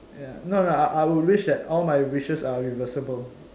ya no no I will wish that all my wishes are reversible